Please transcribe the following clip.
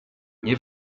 nie